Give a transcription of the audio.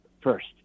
First